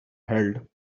held